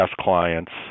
clients